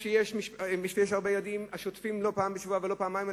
במקום שיש הרבה ילדים שוטפים לא פעם אחת בשבוע ולא פעמיים,